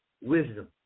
wisdom